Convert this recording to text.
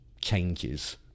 changes